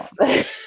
Yes